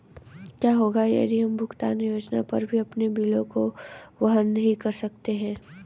क्या होगा यदि हम भुगतान योजना पर भी अपने बिलों को वहन नहीं कर सकते हैं?